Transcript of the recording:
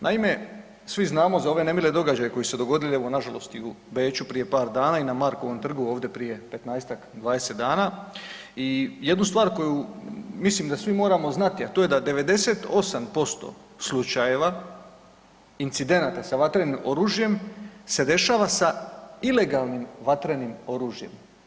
Naime, svi znamo za ove nemile događaje koji su se dogodili evo, nažalost i u Beču prije par dana i na Markovom trgu ovdje prije 15-tak, 20 dana i jednu stvar koju mislim da svi moramo znati, a to je da 98% slučajeva incidenata sa vatrenim oružjem se dešava sa ilegalnim vatrenim oružjem.